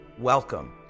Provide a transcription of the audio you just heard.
welcome